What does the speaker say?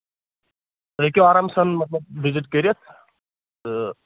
تُہۍ ہیٚکِو آرام سان مطلب وِزٹ کٔرِتھ تہٕ